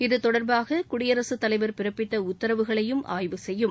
இதுதொடர்பாக குடியரகத் தலைவர் பிறப்பித்த உத்தரவுகளை ஆய்வு செய்யும்